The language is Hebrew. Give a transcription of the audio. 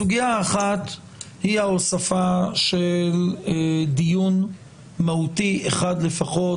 הסוגיה האחת היא הוספה של דיון מהותי אחד לפחות